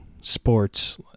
sports